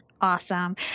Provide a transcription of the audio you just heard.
Awesome